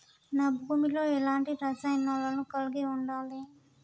నా భూమి లో ఎలాంటి రసాయనాలను కలిగి ఉండాలి?